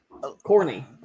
corny